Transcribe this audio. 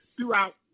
throughout